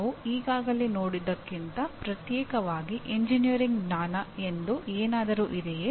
ನಾವು ಈಗಾಗಲೇ ನೋಡಿದ್ದಕ್ಕಿಂತ ಪ್ರತ್ಯೇಕವಾಗಿ ಎಂಜಿನಿಯರಿಂಗ್ ಜ್ಞಾನ ಎಂದು ಏನಾದರೂ ಇದೆಯೇ